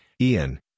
Ian